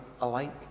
alike